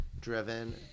driven